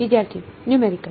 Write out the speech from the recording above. વિદ્યાર્થી નયુમેરિકલ